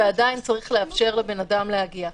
ועדיין צריך לאפשר לאדם להגיע.